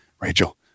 rachel